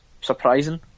surprising